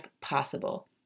possible